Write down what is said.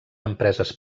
empreses